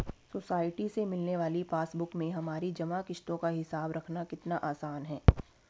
society से मिलने वाली पासबुक में हमारी जमा किश्तों का हिसाब रखना कितना आसान है